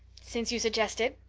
since you suggest it,